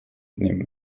nehmen